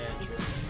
interest